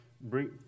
bring